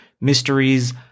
Mysteries